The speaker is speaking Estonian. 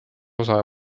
osa